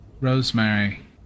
Rosemary